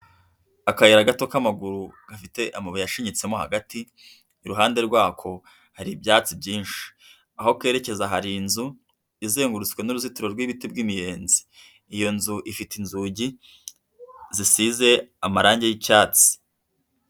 Akayira gato k'amaguru gafite amabuye ashinyitse mo hagati iruhande rwako hari ibyatsi byinshi aho kerekeza hari inzu izengurutswe n'uruzitiro rw'ibiti by'imiyenzi iyo nzu ifite inzugi zisize amarangi y'icyatsi.